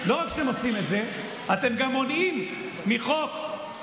לא רק שאתם עושים את זה, אתם גם מונעים מחוק דומה,